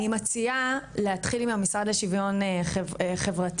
אני מציעה להתחיל עם המשרד לשוויון חברתי,